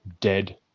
dead